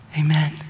Amen